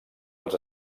als